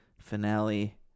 finale